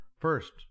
first